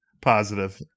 Positive